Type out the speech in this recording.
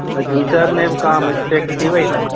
त गीज़र में बि का मिस्टेक थी वई अथनि